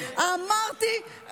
רצוי גבר ואישה.